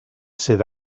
sydd